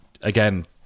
again